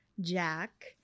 Jack